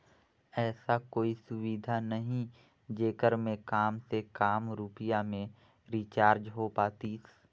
ऐसा कोई सुविधा नहीं जेकर मे काम से काम रुपिया मे रिचार्ज हो पातीस?